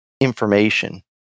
information